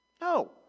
No